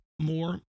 more